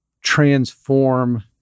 transform